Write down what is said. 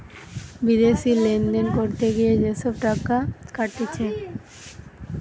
বিদেশি লেনদেন করতে গিয়ে যে সব টাকা কাটতিছে